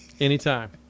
anytime